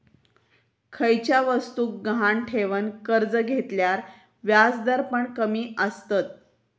खयच्या वस्तुक गहाण ठेवन कर्ज घेतल्यार व्याजदर पण कमी आसतत